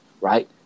right